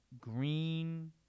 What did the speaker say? green